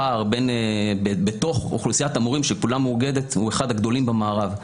הפער בתוך אוכלוסיית המורים שכולה מאוגדת הוא מהגדולים במערב.